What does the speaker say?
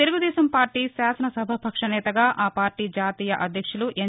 తెలుగు దేశం పార్లీ శాసన సభాపక్ష నేతగా ఆపార్లీ జాతీయ అధ్యక్షులు ఎన్